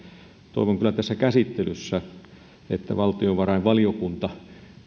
toivon kyllä tässä käsittelyssä että valtiovarainvaliokunta